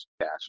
cash